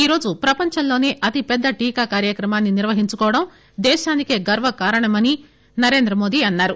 ఈరోజు ప్రపంచంలోసే అతిపెద్ద టీకా కార్యక్రమాన్ని నిర్వహించుకోవడం దేశానికే గర్వకారణమని నరేంద్ర మోదీ అన్నారు